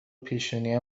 پیشونی